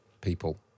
people